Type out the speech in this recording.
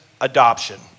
adoption